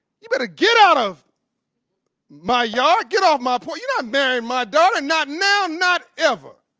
you better get out of my yard, get off my porch. you're not marrying my daughter, and not now, not ever.